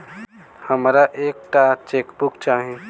हमरा एक टा चेकबुक चाहि